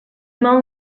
mal